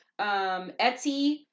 Etsy